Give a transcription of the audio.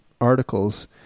articles